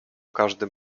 każdym